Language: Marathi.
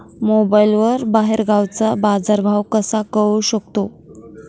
मोबाईलवर बाहेरगावचा बाजारभाव कसा कळू शकतो?